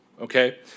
okay